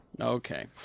Okay